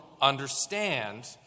understand